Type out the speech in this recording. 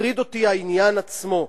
מטריד אותי העניין עצמו,